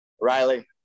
Riley